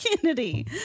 Kennedy